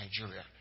Nigeria